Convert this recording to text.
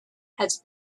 has